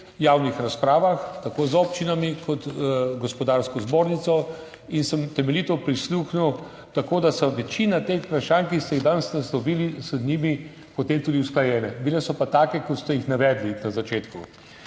javnih razpravah, tako z občinami kot Gospodarsko zbornico in sem temeljito prisluhnil, tako da so večina teh vprašanj, ki ste jih danes naslovili, z njimi potem tudi usklajene, bile so pa take, kot ste jih navedli na začetku.